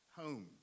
home